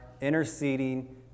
interceding